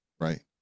right